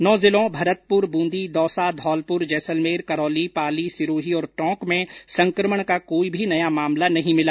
नौ जिलों भरतपुर बूंदी दौसा धौलपुर जैसलमेर करौली पाली सिरोही और टोंक में संक्रमण का कोई भी नया मामला नहीं मिला